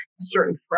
certain